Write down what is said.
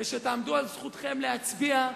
ותעמדו על זכותכם להצביע,